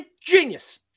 Genius